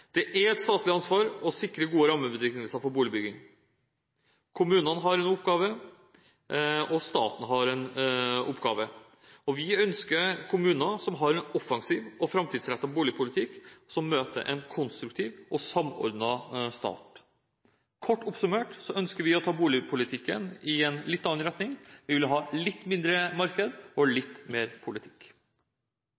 Det er et statlig ansvar å sikre gode rammebetingelser for boligbygging. Kommunene har en oppgave, og staten har en oppgave. Vi ønsker kommuner med en offensiv og framtidsrettet boligpolitikk som møter en konstruktiv og samordnet stat. Kort oppsummert ønsker vi å ta boligpolitikken i en litt annen retning. Vi vil ha litt mindre marked og